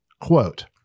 quote